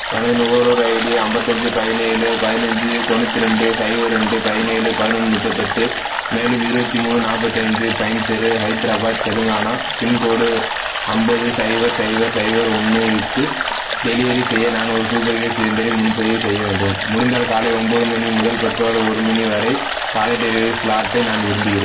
எனது நுகர்வோர் ஐடி ஐம்பத்தஞ்சி பதினேழு பதினஞ்சு தொண்ணூற்றி ரெண்டு சைபர் ரெண்டு பதினேழு பதினொன்று முப்பத்தெட்டு மேலும் இருபத்தி மூணு நாற்பத்தைந்து பைன் தெரு ஹைதராபாத் தெலுங்கானா பின்கோடு ஐம்பது சைபர் சைபர் சைபர் ஒன்றுக்கு டெலிவரி செய்ய நான் ஒரு சூப்பர் கேஸ் சிலிண்டரை முன்பதிவு செய்ய வேண்டும் முடிந்தால் காலை ஒம்பது மணி முதல் பிற்பகல் ஒரு மணி வரை காலை டெலிவரி ஸ்லாட்டை நான் விரும்புகிறேன்